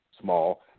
small